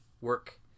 work